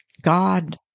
God